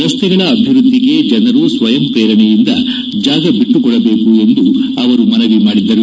ರಸ್ತೆಗಳ ಅಭಿವೃದ್ಧಿಗೆ ಜನರು ಸ್ವಯಂ ಪ್ರೇರಣೆಯಿಂದ ಜಾಗ ಬಿಟ್ಟು ಕೊಡ ಬೇಕು ಎಂದು ಅವರು ಮನವಿ ಮಾಡಿದರು